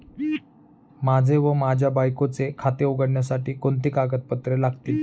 माझे व माझ्या बायकोचे खाते उघडण्यासाठी कोणती कागदपत्रे लागतील?